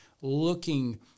looking